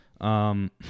Um-